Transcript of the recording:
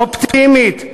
אופטימית,